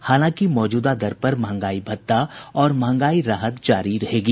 हालांकि मौजूदा दर पर मंहगाई भत्ता और मंहगाई राहत जारी रहेगी